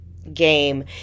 game